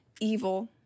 evil